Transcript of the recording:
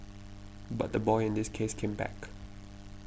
but the boy in this case came back